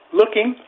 looking